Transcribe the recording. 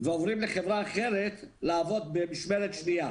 ועוברים לחברה אחרת לעבוד במשמרת שנייה.